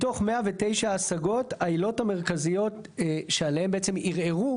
מתוך 109 השגות העילות המרכזיות שעליהן בעצם ערערו